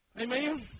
Amen